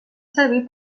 servir